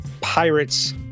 pirates